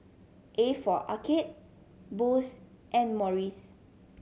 A for Arcade Bose and Morries